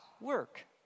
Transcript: work